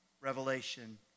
revelation